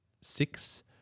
six